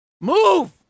Move